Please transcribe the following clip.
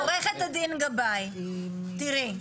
עו"ד גבאי, תראי.